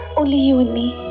only you and me.